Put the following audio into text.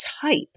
type